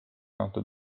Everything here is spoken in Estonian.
antud